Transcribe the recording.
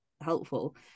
helpful